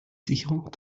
sicherung